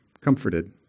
comforted